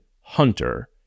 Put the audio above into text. hunter